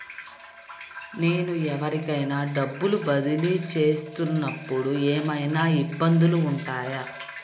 నేను ఎవరికైనా డబ్బులు బదిలీ చేస్తునపుడు ఏమయినా ఇబ్బందులు వుంటాయా?